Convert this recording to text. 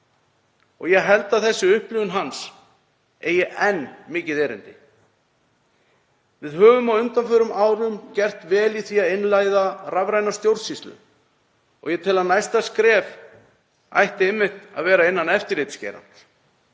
og ég held að þessi upplifun hans eigi enn mikið erindi. Við höfum á undanförnum árum gert vel í því að innleiða rafræna stjórnsýslu og ég tel að næsta skref ætti einmitt að vera innan eftirlitsgeirans.